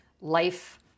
life